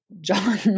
John